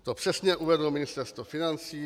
To přesně uvedlo Ministerstvo financí.